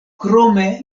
krome